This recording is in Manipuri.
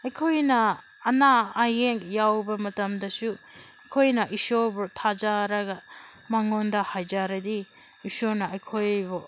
ꯑꯩꯈꯣꯏꯅ ꯑꯅꯥ ꯑꯌꯦꯛ ꯌꯥꯎꯕ ꯃꯇꯝꯗꯁꯨ ꯑꯩꯈꯣꯏꯅ ꯏꯁꯣꯔꯕꯨ ꯊꯥꯖꯔꯒ ꯃꯉꯣꯟꯗ ꯍꯥꯏꯖꯔꯗꯤ ꯏꯁꯣꯔꯅ ꯑꯩꯈꯣꯏꯕꯨ